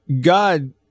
God